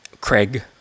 Craig